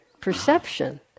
perception